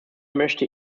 möchte